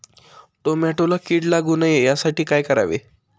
टोमॅटोला कीड लागू नये यासाठी काय करावे?